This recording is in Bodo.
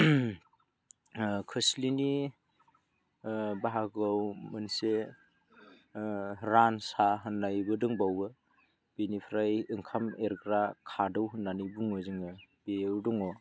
खोस्लिनि बाहागोआव मोनसे रानसा होननायबो दंबावो बेनिफ्राय ओंखाम एरग्रा खादौ होननानै बुङो जोङो बेयो दङ